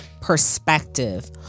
perspective